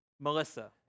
Melissa